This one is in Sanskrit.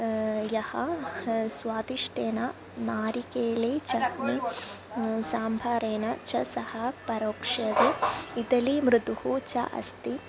यः स्वादिष्टेन नारिकेले चट्नी साम्भारेन च सह परोक्षते इदली मृदुः च अस्ति